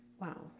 Wow